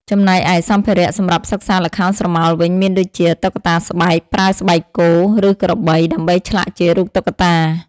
ចំំណែកឯសម្ភារៈសម្រាប់សិក្សាល្ខោនស្រមោលវិញមានដូចជា តុក្កតាស្បែក ប្រើស្បែកគោ ឬក្របី ដើម្បីឆ្លាក់ជារូបតុក្កតា។